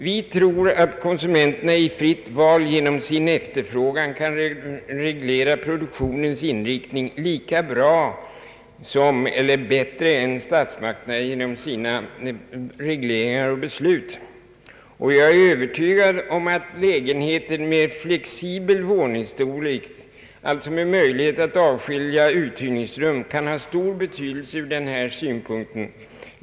Vi tror att konsumenterna i fritt val genom sin efterfrågan kan reglera produktionens inriktning lika bra som eller bättre än statsmakterna genom sina regleringar och beslut. Jag är övertygad om att lägenheter med flexibel våningsstorlek, alltså med möjligheter att avskilja uthyrningsrum, kan ha stor betydelse ur denna synpunkt.